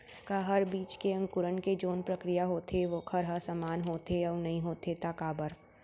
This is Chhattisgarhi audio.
का हर बीज के अंकुरण के जोन प्रक्रिया होथे वोकर ह समान होथे, अऊ नहीं होथे ता काबर?